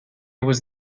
was